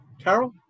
Carol